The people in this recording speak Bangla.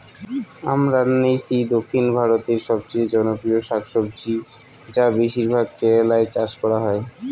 আমরান্থেইসি দক্ষিণ ভারতের সবচেয়ে জনপ্রিয় শাকসবজি যা বেশিরভাগ কেরালায় চাষ করা হয়